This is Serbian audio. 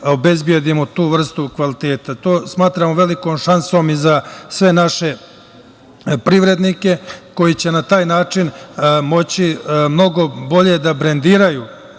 obezbedimo tu vrstu kvaliteta. To smatramo velikom šansom i za sve naše privrednike koji će na taj način moći mnogo bolje da brendiraju